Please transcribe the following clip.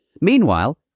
Meanwhile